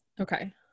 Okay